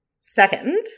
Second